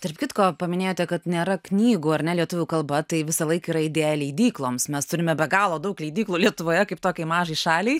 tarp kitko paminėjote kad nėra knygų ar ne lietuvių kalba tai visą laik yra idėja leidykloms mes turime be galo daug leidyklų lietuvoje kaip tokiai mažai šaliai